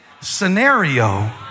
scenario